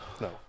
No